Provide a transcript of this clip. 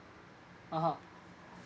ah ha